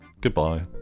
goodbye